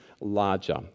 larger